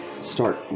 Start